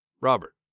Robert